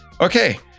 Okay